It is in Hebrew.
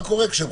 מה קורה כשהם